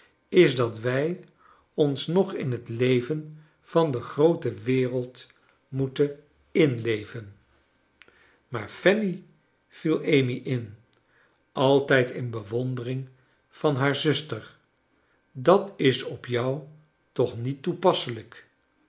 is dat wij ons nog in het leven van de groote wereld moeten inleven maar fanny viel amy in altijd in bewondering van haar zuster dat is op jou toch niet toepasselijk